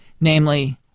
namely